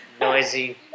noisy